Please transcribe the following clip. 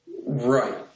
Right